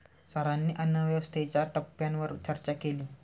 सरांनी अन्नव्यवस्थेच्या टप्प्यांवर चर्चा केली